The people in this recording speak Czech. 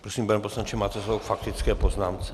Prosím, pane poslanče, máte slovo k faktické poznámce.